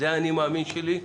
זה האני מאמין שלי.